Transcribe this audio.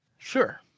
Sure